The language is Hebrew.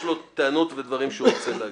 יש לו טענות ודברים שהוא רוצה להגיד.